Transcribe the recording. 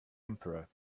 emperor